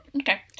Okay